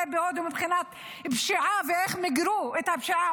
בהודו מבחינת פשיעה ואיך מיגרו את הפשיעה,